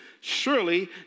Surely